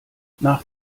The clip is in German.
nach